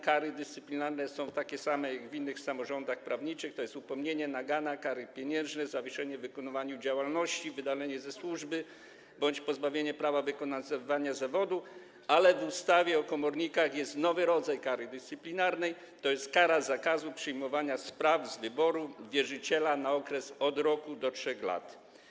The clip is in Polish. Kary dyscyplinarne są takie same jak w przypadku innych samorządów prawniczych, tj. upomnienie, nagana, kary pieniężne, zawieszenie wykonywania działalności, wydalenie ze służby bądź pozbawienie prawa wykonywania zawodu, ale w ustawie o komornikach jest nowy rodzaj kary dyscyplinarnej, tj. kara zakazu przyjmowania spraw z wyboru wierzyciela na okres od roku do 3 lat.